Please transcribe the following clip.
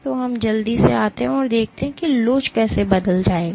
तो हम जल्दी से आते हैं और देखते हैं कि लोच कैसे बदल जाएगा